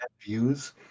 views